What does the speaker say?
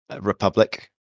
Republic